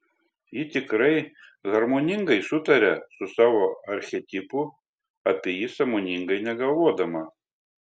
ji tikrai harmoningai sutaria su savo archetipu apie jį sąmoningai negalvodama